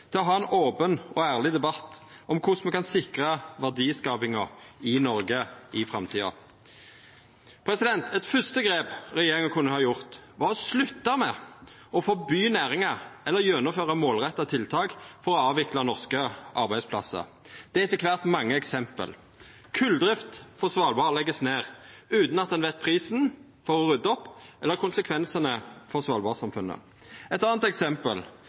til å ha ein open og ærleg debatt om korleis me kan sikra verdiskapinga i Noreg i framtida. Eit første grep regjeringa kunne ha teke, var å slutta med å forby næringar eller gjennomføra målretta tiltak for å avvikla norske arbeidsplassar. Det er etter kvart mange eksempel: Koldrifta på Svalbard vert lagd ned utan at ein kjenner prisen for å rydda opp eller konsekvensane for Svalbard-samfunnet. Eit anna eksempel: